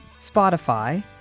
Spotify